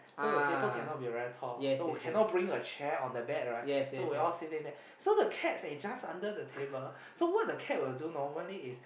so the table cannot be very tall so we cannot bring the chair or bag right so we sitting there so the cat is just under the table so the cat normally